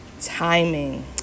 timing